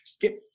get